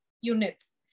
units